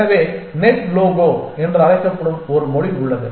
எனவே NetLogo என்று அழைக்கப்படும் ஒரு மொழி உள்ளது